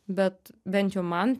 bet bent jau man